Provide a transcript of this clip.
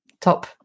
top